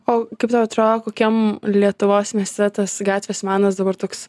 o kaip tau atrodo kokiam lietuvos mieste tas gatvės menas dabar toks